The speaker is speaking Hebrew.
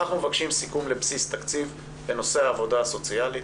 אנחנו מבקשים סיכום לבסיס תקציב בנושא העבודה הסוציאלית.